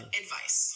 advice